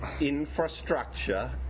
infrastructure